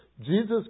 Jesus